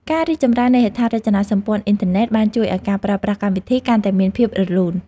ការរីកចម្រើននៃហេដ្ឋារចនាសម្ព័ន្ធអ៊ិនធឺណិតបានជួយឱ្យការប្រើប្រាស់កម្មវិធីកាន់តែមានភាពរលូន។